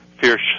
fierce